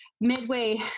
midway